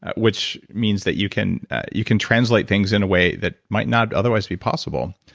which means that you can you can translate things in a way that might not otherwise be possible,